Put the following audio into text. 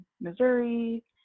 missouri